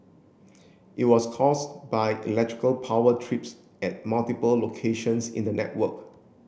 it was caused by electrical power trips at multiple locations in the network